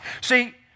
See